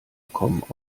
kommen